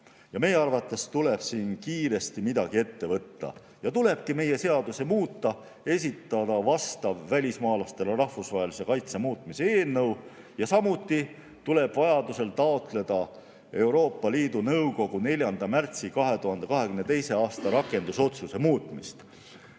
Meie arvates tuleb siin kiiresti midagi ette võtta. Tulebki meie seadusi muuta, esitada vastav välismaalastele rahvusvahelise kaitse muutmise eelnõu, samuti tuleb vajaduse korral taotleda Euroopa Liidu Nõukogu 4. märtsi 2022. aasta rakendusotsuse muutmist.